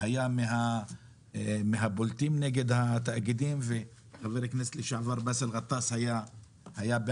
היה מהבולטים נגד התאגידים וחבר הכנסת לשעבר באסל ג'טאס היה בעד,